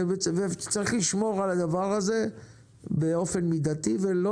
צריך לשמור על הדבר הזה באופן מידתי ולא